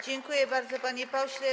Dziękuję bardzo, panie pośle.